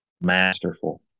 masterful